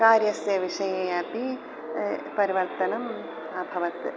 कार्यस्य विषये अपि परिवर्तनम् अभवत्